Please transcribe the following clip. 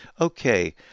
Okay